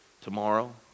tomorrow